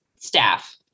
staff